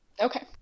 Okay